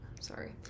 Sorry